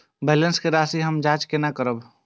Balance के राशि हम जाँच केना करब?